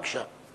בבקשה.